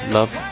Love